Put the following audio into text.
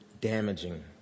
damaging